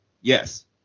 yes